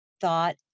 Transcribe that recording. thought